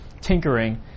tinkering